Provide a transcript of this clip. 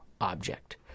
object